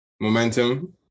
momentum